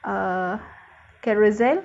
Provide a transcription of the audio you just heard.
uh Carousell